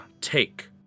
take